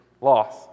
loss